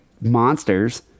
monsters